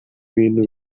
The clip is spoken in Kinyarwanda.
bintu